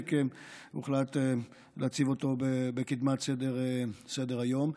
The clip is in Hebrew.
בצדק הוחלט להציב אותו בקדמת סדר-היום.